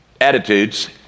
attitudes